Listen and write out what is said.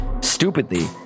Stupidly